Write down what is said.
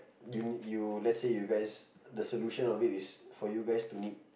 you you let's you guys for the solution of it is for you to need